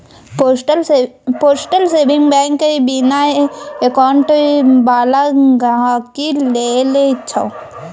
postal saving bank बिना account बला गहिंकी लेल छै